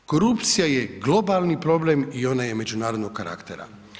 Korupcija je globalni problem i ona je međunarodnog karaktera.